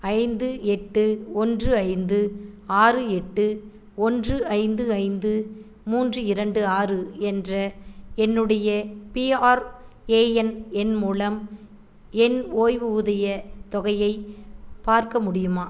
ஐந்து எட்டு ஒன்று ஐந்து ஆறு எட்டு ஒன்று ஐந்து ஐந்து மூன்று இரண்டு ஆறு என்ற என்னுடைய பிஆர்ஏஎன் எண் மூலம் என் ஓய்வூதியத் தொகையை பார்க்க முடியுமா